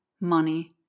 money